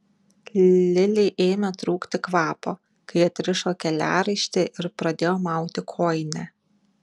lilei ėmė trūkti kvapo kai atrišo keliaraištį ir pradėjo mauti kojinę